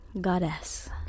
Goddess